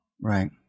Right